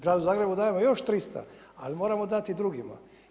Gradu Zagrebu dajemo još 300 ali moramo dati i drugima.